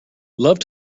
love